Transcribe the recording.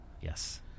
Yes